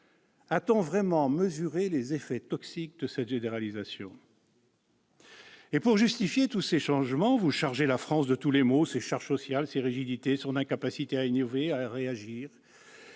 A-t-on vraiment mesuré les effets toxiques de cette généralisation ? Pour justifier tous ces changements, vous chargez la France de tous les maux : ses charges sociales, ses rigidités, son incapacité à innover, à réagir.